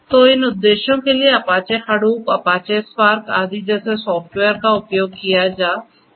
तो इन उद्देश्यों के लिए Apache Hadoop Apache Spark आदि जैसे सॉफ़्टवेयर का उपयोग किया जा सकता है